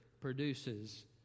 produces